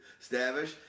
Stavish